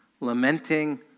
lamenting